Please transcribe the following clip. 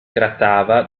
trattava